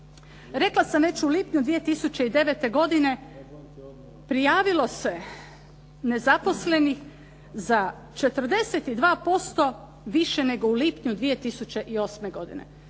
Rekla sam već u lipnju 2009. godine, prijavilo se nezaposlenih za 42% više nego u lipnju 2008. godine.